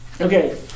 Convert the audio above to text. Okay